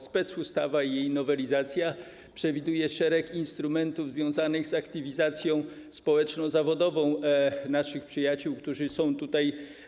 Specustawa i jej nowelizacja przewidują szereg instrumentów związanych z aktywizacją społeczno-zawodową naszych przyjaciół z Ukrainy, którzy są tutaj.